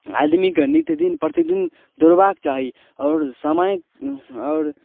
आदमी के नित दिन प्रतिदिन दौड़बाके चाही आओर समय आओर